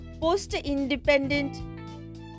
post-independent